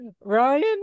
Ryan